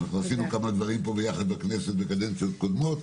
אנחנו עשינו כמה דברים פה ביחד בכנסת בקדנציות קודמות,